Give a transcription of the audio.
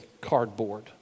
cardboard